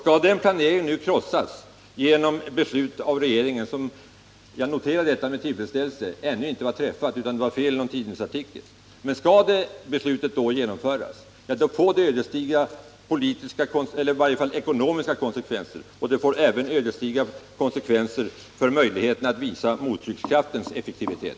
Skall den planeringen nu krossas genom ett beslut av regeringen — jag noterar med tillfredsställelse att något beslut ännu inte fattats utan att felaktiga uppgifter härom stått i någon tidningsartikel — får det ödesdigra ekonomiska konsekvenser. Det får även ödesdigra konsekvenser för möjligheterna att visa mottryckskraftens effektivitet.